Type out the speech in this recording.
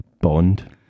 bond